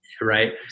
right